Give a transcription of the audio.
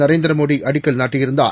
நரேந்திரமோடிஅடிக்கல்நாட்டியிருந் தார்